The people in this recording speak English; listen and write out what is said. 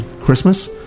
Christmas